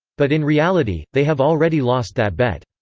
but in reality, they have already lost that bet.